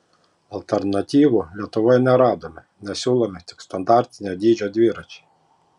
alternatyvų lietuvoje neradome nes siūlomi tik standartinio dydžio dviračiai